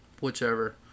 whichever